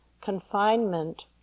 confinement